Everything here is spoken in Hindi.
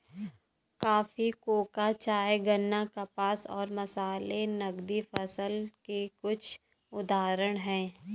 कॉफी, कोको, चाय, गन्ना, कपास और मसाले नकदी फसल के कुछ उदाहरण हैं